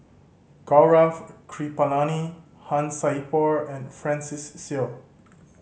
Gaurav Kripalani Han Sai Por and Francis Seow